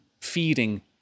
feeding